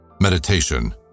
Meditation